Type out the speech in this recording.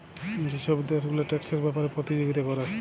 যে ছব দ্যাশ গুলা ট্যাক্সের ব্যাপারে পতিযগিতা ক্যরে